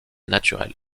naturels